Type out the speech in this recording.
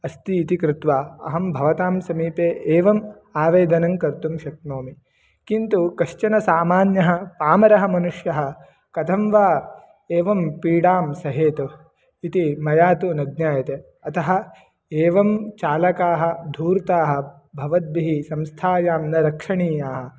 अस्ति इति कृत्वा अहं भवतां समीपे एवम् आवेदनं कर्तुं शक्नोमि किन्तु कश्चन सामान्यः पामरः मनुष्यः कथं वा एवं पीडां सहेतु इति मया तु न ज्ञायते अतः एवं चालकाः धूर्ताः भवद्भिः संस्थायां न रक्षणीयाः